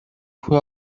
کوه